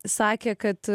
sakė kad